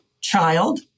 child